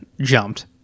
jumped